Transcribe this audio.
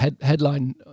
headline